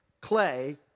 clay